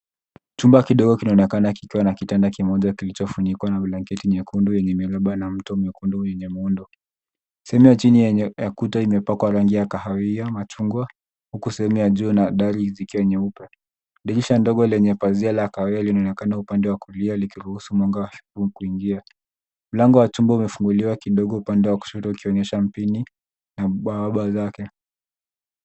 Chumba kidogo kinaonekana kikiwa na kitanda kimoja kilichofunikwa na blanketi nyekundu yenye imebebwa na mto mwekundu imebebwa yenye muundo, sehemu ya chini ya ukuta imepakwa rangi ya kahawia machungwa huku sehemu ya juu na dari zikiwa nyeupe. Dirisha ndogo lenye pazia la kahawia linaonekana upande wa kulia likiruhusu mwanga wa shuku kuingia. Mlango wa chumba umefunguliwa kidogo upande wa kushoto ukionyesha mpini na bawabu zake.